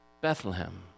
Bethlehem